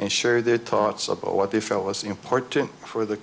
and share their thoughts about what they felt was important for the